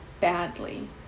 badly